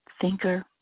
thinker